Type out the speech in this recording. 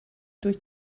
durch